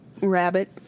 rabbit